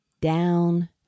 down